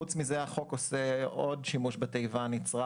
פרט לכך החוק עושה עוד שימוש בתיבה "נצרך"